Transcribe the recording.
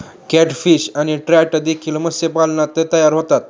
catfish आणि trout देखील मत्स्यपालनात तयार होतात